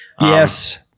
yes